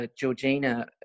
Georgina